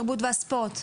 והספורט?